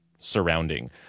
surrounding